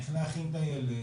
איך להכין את הילד,